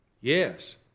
Yes